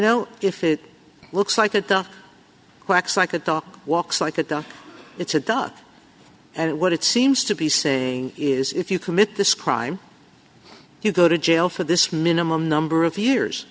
know if it looks like a duck quacks like a duck walks like a duck it's a duck and it what it seems to be saying is if you commit this crime you go to jail for this minimum number of years